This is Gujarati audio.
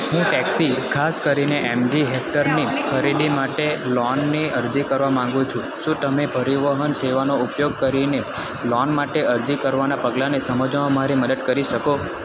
હું ટેક્સી ખાસ કરીને એમજી હેક્ટરની ખરીદી માટે લોનની અરજી કરવા માંગું છું શું તમે પરિવહન સેવાનો ઉપયોગ કરીને લોન માટે અરજી કરવાના પગલાને સમજવામાં મારી મદદ કરી શકો